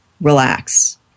Relax